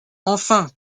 enfin